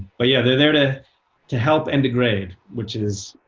but yeah, they're there to to help and to grade, which is